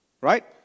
right